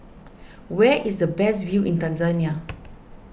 where is the best view in Tanzania